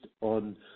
on